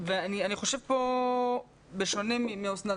בשונה מאוסנת,